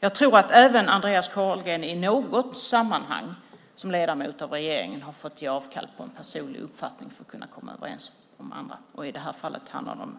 Jag tror att även Andreas Carlgren i något sammanhang som ledamot av regeringen har fått ge avkall på en personlig uppfattning för att kunna komma överens om annat. I det här fallet handlar det om